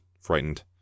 frightened